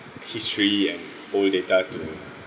history and old data to